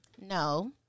No